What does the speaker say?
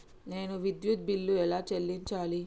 నేను విద్యుత్ బిల్లు ఎలా చెల్లించాలి?